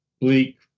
bleak